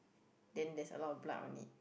then there's a lot of blood on it